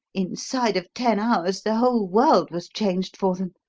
inside of ten hours, the whole world was changed for them.